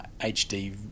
HD